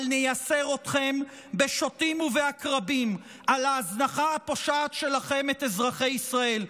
אבל נייסר אתכם בשוטים ובעקרבים על ההזנחה הפושעת שלכם את אזרחי ישראל.